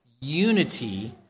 unity